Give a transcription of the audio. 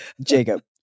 Jacob